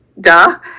duh